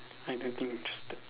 I don't think interested